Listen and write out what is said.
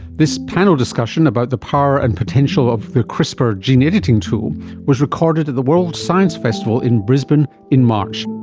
this panel discussion about the power and potential of the crispr gene editing tool was recorded at the world science festival in brisbane in march.